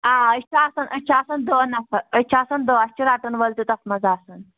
آ أسۍ چھِ آسان أسۍ چھِ آسان دَہ نَفر أسۍ چھِ آسان دَہ اَسہِ چھِ رَٹَن وٲلۍ تہِ تَتھ منٛز آسان